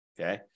Okay